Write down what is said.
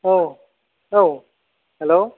औ औ हेल'